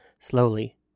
Slowly